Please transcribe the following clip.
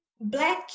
Black